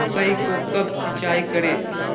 मकई को कब सिंचाई करे?